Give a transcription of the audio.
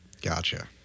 gotcha